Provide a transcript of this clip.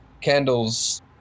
Candles